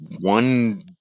one